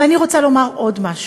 ואני רוצה לומר עד משהו,